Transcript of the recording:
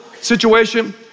situation